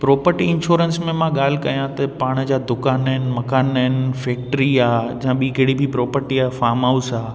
property insurance में मां ॻाल्हि कयां त पाण जा दुकान आहिनि मकान आहिनि फेक्ट्री आहे या ॿी कहिड़ी प्रोपटी आहे फाम हाउस आहे